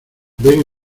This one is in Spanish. ven